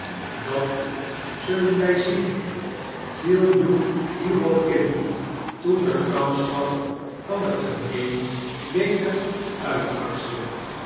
rudge zullen wij zien viel hugh hierop in toen de grarnschap van het gemeen weder uitbarstte